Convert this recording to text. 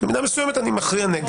במידה מסוימת אני מכריע נגד.